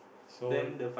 so